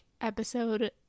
episode